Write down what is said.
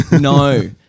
No